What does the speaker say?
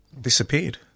disappeared